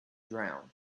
drowned